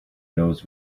knows